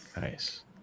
Nice